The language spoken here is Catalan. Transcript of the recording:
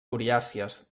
coriàcies